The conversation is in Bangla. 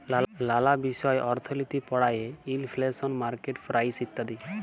লালা বিষয় অর্থলিতি পড়ায়ে ইলফ্লেশল, মার্কেট প্রাইস ইত্যাদি